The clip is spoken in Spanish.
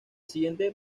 siguiente